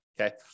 okay